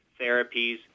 therapies